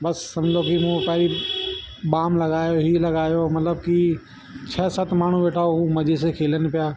बस समुझो की मूं पहिरीं बाम लगायो हीअ लगायो मतलब की छ्ह सत माण्हू वेठा आहे हूं मज़े से खेलनि पिया